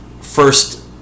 first